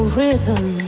rhythm